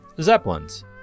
zeppelins